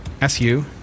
SU